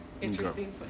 interesting